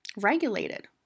regulated